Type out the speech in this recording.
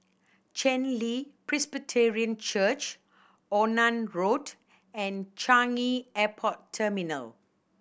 Chen Li Presbyterian Church Onan Road and Changi Airport Terminal